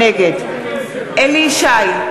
נגד אליהו ישי,